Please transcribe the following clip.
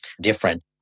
different